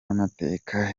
y’amateka